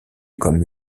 comme